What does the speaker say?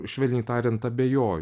švelniai tariant abejo